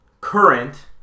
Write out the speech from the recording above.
current